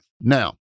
Now